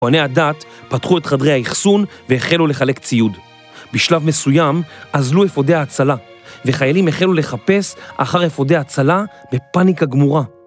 כוהני הדת פתחו את חדרי האיחסון והחלו לחלק ציוד. בשלב מסוים אזלו אפודי ההצלה, וחיילים החלו לחפש אחר אפודי ההצלה בפאניקה גמורה.